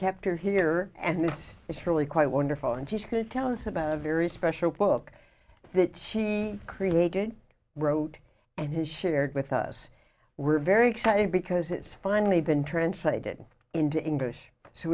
kept her here and it's it's really quite wonderful and she's going to tell us about a very special book that she created wrote and shared with us we're very excited because it's finally been translated into english so